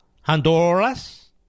Honduras